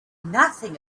nothing